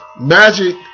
Magic